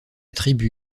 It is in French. tribu